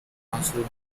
classroom